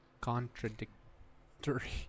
contradictory